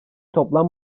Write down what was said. toplam